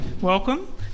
welcome